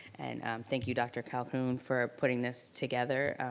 and thank you, dr. calhoun, for putting this together.